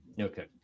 Okay